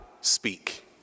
speak